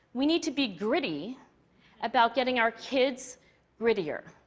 we need to be gritty about getting our kids grittier.